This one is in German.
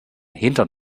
hintern